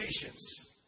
Patience